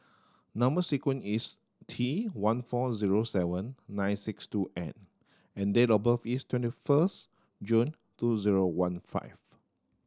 number sequence is T one four zero seven nine six two N and date of birth is twenty first June two zero one five